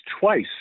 twice